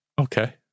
Okay